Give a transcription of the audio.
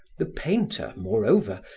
the painter, moreover,